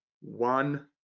one